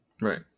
Right